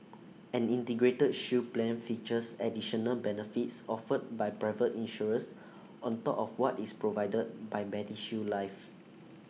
an integrated shield plan features additional benefits offered by private insurers on top of what is provided by medishield life